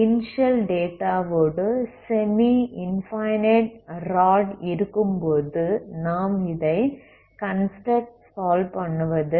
initial டேட்டாவோடு semi infinite rod இருக்கும்போது நாம் இதை கன்ஸ்ட்ரக்ட் சால்வ் பண்ணுவது